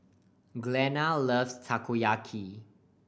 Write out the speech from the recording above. Glenna loves Takoyaki